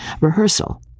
rehearsal